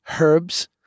herbs